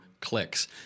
Clicks